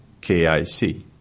KIC